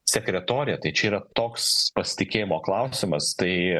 sekretorė tai čia yra toks pasitikėjimo klausimas tai